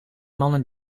mannen